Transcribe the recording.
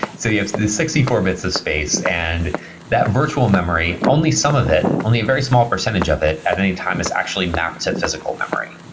so yeah, the sixty four bits of space, and that virtual memory, only some of it, only a very small percentage of it at any time is actually mapped to physical memory,